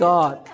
God